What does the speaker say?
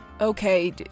okay